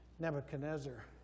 Nebuchadnezzar